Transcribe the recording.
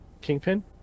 Kingpin